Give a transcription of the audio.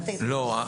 לא.